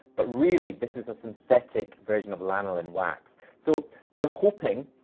but really this is a synthetic version of lanolin wax. so we're hoping,